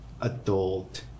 adult